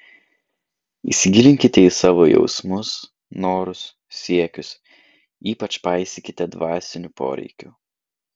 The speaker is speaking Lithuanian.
įsigilinkite į savo jausmus norus siekius ypač paisykite dvasinių poreikių